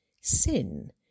sin